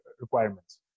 requirements